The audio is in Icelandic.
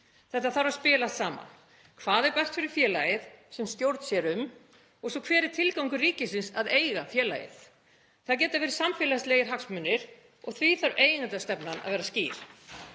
Þetta þarf að spila saman. Hvað er best fyrir félagið, sem stjórn sér um, og hver er tilgangur ríkisins að eiga félagið? Það geta verið samfélagslegir hagsmunir og því þarf eigendastefnan að vera skýr.